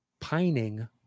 pining